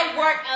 work